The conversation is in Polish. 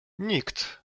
nikt